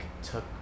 took